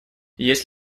есть